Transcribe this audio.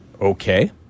okay